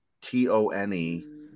T-O-N-E